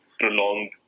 prolonged